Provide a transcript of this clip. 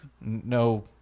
No